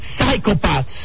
psychopaths